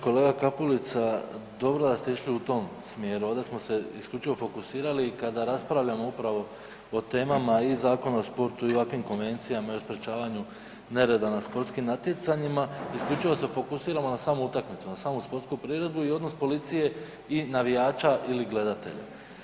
Kolega Kapulica, dobro da ste išli u tom smjeru, ovdje smo se isključivo fokusirali kada raspravljamo upravo o temama i Zakon o sportu i ovakvim konvencijama i o sprječavanju nereda na sportskim natjecanjima, isključivo se fokusiramo na samu utakmicu, na samu sportsku priredbu i odnos policije i navijača ili gledatelja.